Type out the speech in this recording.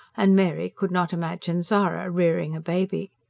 and mary could not imagine zara rearing a baby.